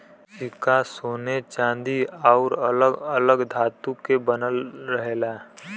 सिक्का सोने चांदी आउर अलग अलग धातु से बनल रहेला